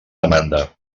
demanda